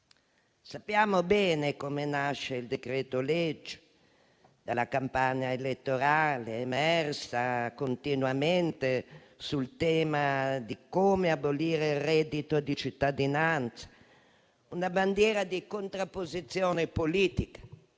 Sappiamo bene come nasce il decreto-legge, ovvero dalla campagna elettorale emersa continuamente sul tema di come abolire il reddito di cittadinanza, una bandiera di contrapposizione politica,